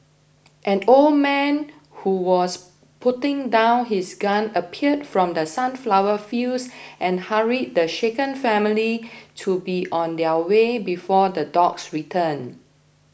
an old man who was putting down his gun appeared from the sunflower fields and hurried the shaken family to be on their way before the dogs return